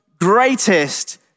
greatest